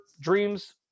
dreams